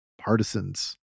partisans